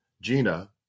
Gina